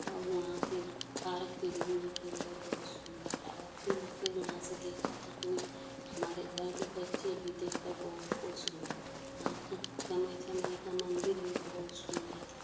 और वहाँ के पारक भी घूमने के लिए बहुत सुंदर लगा फिर उस वहाँ से देखा तो कोई हमारे घर के बच्चे भी देखकर बहुत खुश हुए वहाँ कामाख्या माई का मंदिर भी बहुत सुंदर था